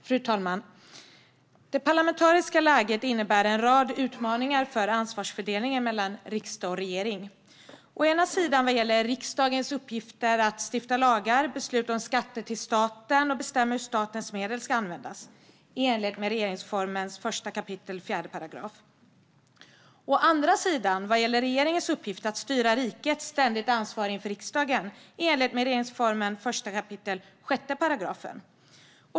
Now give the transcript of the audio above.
Fru talman! Det parlamentariska läget innebär en rad utmaningar för ansvarsfördelningen mellan riksdag och regering. Vi har å ena sidan riksdagens uppgifter att stifta lagar, besluta om skatter till staten och bestämma hur statens medel ska användas, i enlighet med regeringsformens 1 kap. 4 §. Å andra sidan har vi regeringens uppgift att styra riket och ständigt ansvara inför riksdagen, i enlighet med regeringsformens 1 kap. 6 §.